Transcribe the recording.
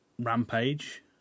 Rampage